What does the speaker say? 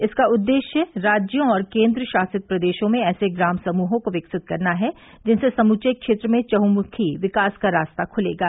इसका उद्देश्य राज्यों और केन्द्रशासित प्रदेशों में ऐसे ग्राम समूहों को विकसित करना है जिनसे समुचे क्षेत्र में चंहमुखी विकास का रास्ता खुलेगा